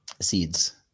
seeds